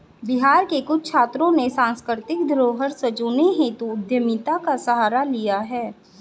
बिहार के कुछ छात्रों ने सांस्कृतिक धरोहर संजोने हेतु उद्यमिता का सहारा लिया है